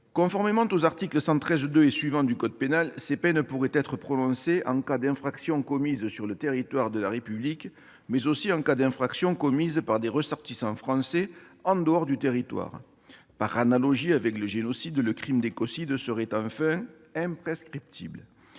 Conformément aux articles 113-2 et suivants du code pénal, ces peines pourraient être prononcées en cas d'infraction commise sur le territoire de la République, mais aussi en cas d'infraction commise par des ressortissants français en dehors du territoire. En outre, par analogie avec le génocide, le crime d'écocide serait imprescriptible.